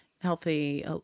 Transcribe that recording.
healthy